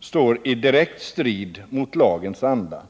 står i direkt strid mot lagens anda.